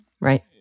right